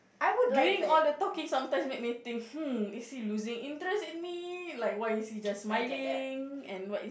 doing all the talking sometimes make me think hmm is he losing interest in me like why is he just smiling and what is